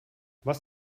was